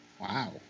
Wow